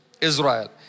Israel